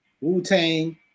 Wu-Tang